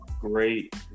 great